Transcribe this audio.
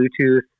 Bluetooth